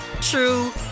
true